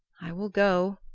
i will go,